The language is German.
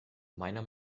meiner